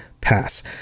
pass